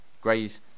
great